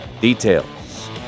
details